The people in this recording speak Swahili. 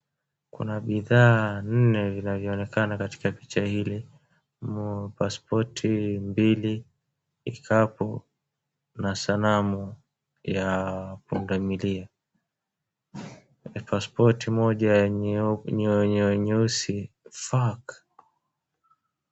Kuna bidhaa nne vinavyoonekana katika picha hili paspoti mbili ,kikapu na sanamu ya pundamilia. Paspoti moja ni ya nyeusi